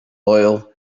oil